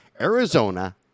Arizona